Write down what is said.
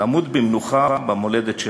למות במנוחה במולדת שלנו".